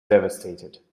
devastated